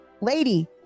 lady